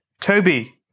Toby